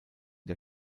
der